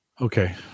Okay